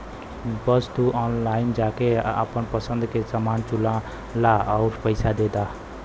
बस तू ऑनलाइन जाके आपन पसंद के समान चुनला आउर पइसा दे दा